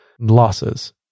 losses